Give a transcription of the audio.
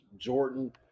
Jordan